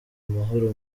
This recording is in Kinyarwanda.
amahoro